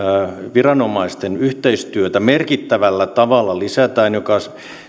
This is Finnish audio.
viranomaisten yhteistyötä merkittävällä tavalla lisätään mikä